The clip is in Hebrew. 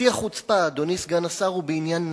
שיא החוצפה, אדוני סגן השר, הוא בעניין "נתיב".